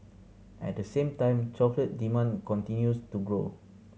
at the same time chocolate demand continues to grow